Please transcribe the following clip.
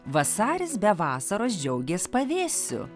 vasaris be vasaros džiaugės pavėsiu